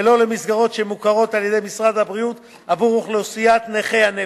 ולא למסגרות שמוכרות על-ידי משרד הבריאות בעבור אוכלוסיית נכי הנפש.